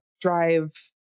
drive